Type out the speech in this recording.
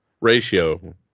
ratio